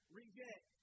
reject